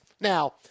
Now